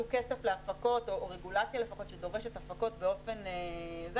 כסף להפקות או רגולציה שלפחות שדורשת הפקות באופן זה.